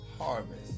harvest